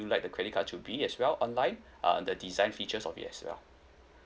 like the credit card to be as well online uh the design features of it as well